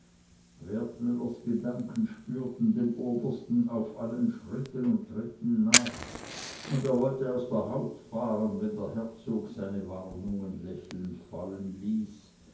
wertmüllers gedanken spürten dem obersten auf allen schritten und tritten nach und er wollte aus der haut fahren wenn der herzog seine warnungen lächelnd